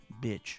bitch